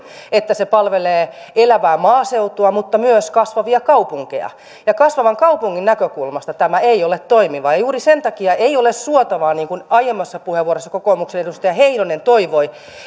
että se palvelee elävää maaseutua mutta myös kasvavia kaupunkeja kasvavan kaupungin näkökulmasta tämä ei ole toimiva ja juuri sen takia ei ole suotavaa niin kuin aiemmassa puheenvuorossa kokoomuksen edustaja heinonen toivoi